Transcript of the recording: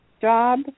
job